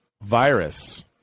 virus